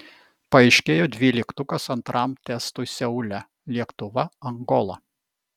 paaiškėjo dvyliktukas antram testui seule lietuva angola